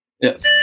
Yes